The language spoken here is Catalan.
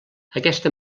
aquesta